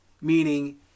Meaning